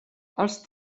els